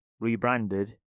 rebranded